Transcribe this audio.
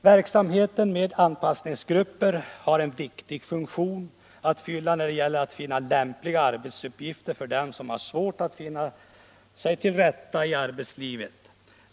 Verksamheten med anpassningsgrupper har en viktig funktion att fylla när det gäller att finna lämpliga arbetsuppgifter för dem som har svårt att finna sig till rätta i arbetslivet.